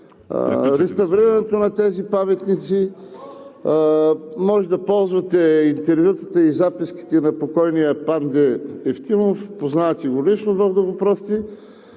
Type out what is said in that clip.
реставрирането на тези паметници, може да ползвате интервютата и записките на покойния Панде Евтимов – познавате го лично, Бог да го прости,